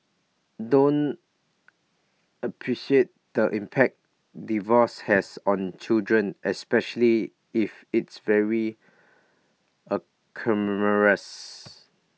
don't appreciate the impact divorce has on children especially if it's very acrimonious